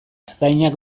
gaztainak